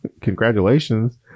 Congratulations